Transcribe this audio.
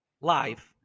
Live